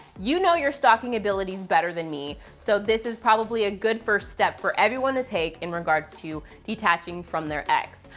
you know your stalking abilities better than me, so this is probably a good first step for everyone to take in regards to detaching from their ex.